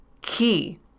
key